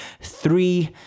three